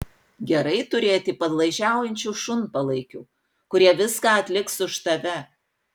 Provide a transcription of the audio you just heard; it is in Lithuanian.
gerai turėti padlaižiaujančių šunpalaikių kurie viską atliks už tave